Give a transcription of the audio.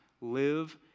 live